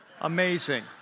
Amazing